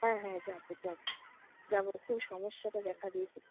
হ্যাঁ হ্যাঁ যাব যাব যাব খুব সমস্যাটা দেখা দিয়েছে